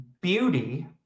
beauty